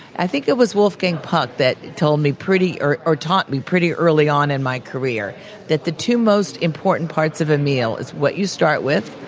i think it was wolfgang puck that told me or or taught me pretty early on in my career that the two most important parts of a meal is what you start with,